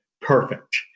perfect